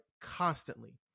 constantly